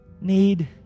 need